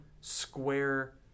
square